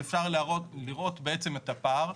אפשר לראות בעצם את הפער.